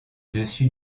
dessus